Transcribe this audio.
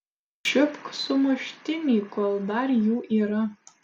čiupk sumuštinį kol dar jų yra